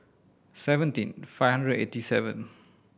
seventeen five hundred and eighty seven